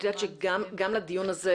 את יודעת שגם לדיון הזה,